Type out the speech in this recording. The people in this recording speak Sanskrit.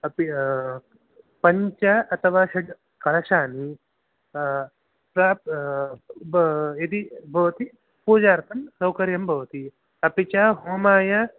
अपि पञ्च अतवा षट् कलशानि प्रा यदि भवति पूजार्थं सौकर्यं भवति अपि च होमाय